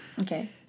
Okay